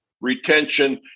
retention